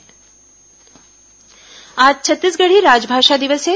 छत्तीसगढ़ी राजभाषा दिवस आज छत्तीसगढ़ी राजभाषा दिवस है